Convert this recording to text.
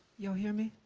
you all hear me?